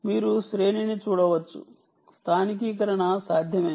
మీరు శ్రేణిని చూడవచ్చు స్థానికీకరణ సాధ్యమే